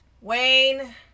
Wayne